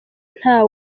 nta